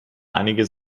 einige